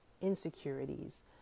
insecurities